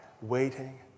waiting